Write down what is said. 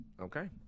okay